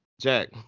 Jack